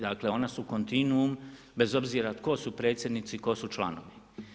Dakle, ona su kontinuum bez obzira tko su predsjednici, tko su članovi.